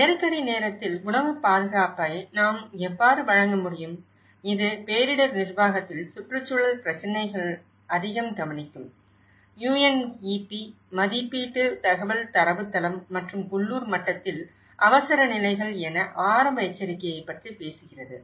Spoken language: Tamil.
நெருக்கடி நேரத்தில் உணவுப் பாதுகாப்பை நாம் எவ்வாறு வழங்க முடியும் இது பேரிடர் நிர்வாகத்தில் சுற்றுச்சூழல் பிரச்சினைகள அதிகம் கவனிக்கும் UNEP மதிப்பீட்டு தகவல் தரவுத்தளம் மற்றும் உள்ளூர் மட்டத்தில் அவசரநிலைகள் என ஆரம்ப எச்சரிக்கையைப் பற்றி பேசுகிறது